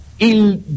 Il